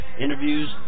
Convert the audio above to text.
interviews